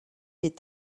est